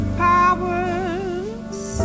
powers